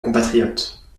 compatriote